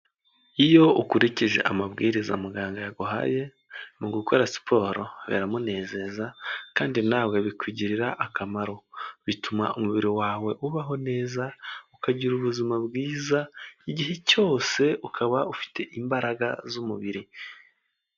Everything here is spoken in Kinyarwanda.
Iyo ukurikije amabwiriza muganga yaguhaye mu gukora siporo biramunezeza kandi nawe bikugirira akamaro, bituma umubiri wawe ubaho neza ukagira ubuzima bwiza igihe cyose ukaba ufite imbaraga z'umubiri.